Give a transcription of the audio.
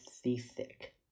seasick